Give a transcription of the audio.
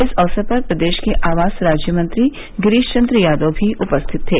इस अवसर पर प्रदेश के आवास राज्य मंत्री गिरीश चन्द्र यादव भी उपस्थित थे